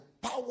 power